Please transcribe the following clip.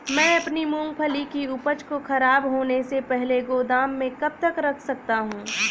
मैं अपनी मूँगफली की उपज को ख़राब होने से पहले गोदाम में कब तक रख सकता हूँ?